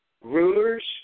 rulers